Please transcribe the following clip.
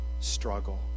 struggle